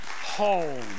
home